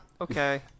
okay